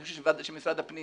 אני חושב שמשרד הפנים